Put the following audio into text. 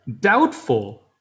Doubtful